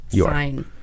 Fine